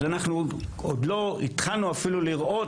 אז אנחנו עוד לא התחלנו אפילו לראות